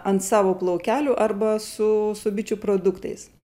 ant savo plaukelių arba su su bičių produktais